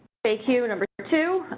thank you, number two.